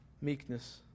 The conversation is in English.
Meekness